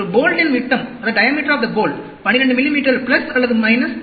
ஒரு போல்ட்டின் விட்டம் 12 மிமீ அல்லது 0